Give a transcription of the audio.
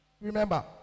Remember